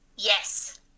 Yes